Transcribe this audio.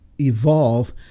evolve